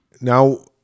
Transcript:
Now